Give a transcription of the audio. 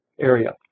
area